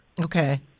Okay